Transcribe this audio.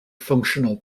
functional